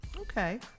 okay